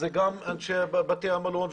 ואלה גם אנשי בתי המלון,